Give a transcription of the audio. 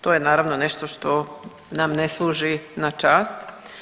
To je naravno nešto što nam ne služi na čast.